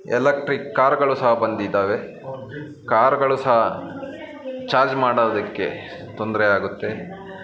electric ಕಾರ್ಗಳು ಸಹ ಬಂದಿದ್ದಾವೆ ಕಾರ್ಗಳು ಸಹ ಚಾರ್ಜ್ ಮಾಡೋದಕ್ಕೆ ತೊಂದರೆ ಆಗುತ್ತೆ